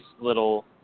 little